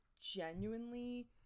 genuinely